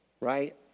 right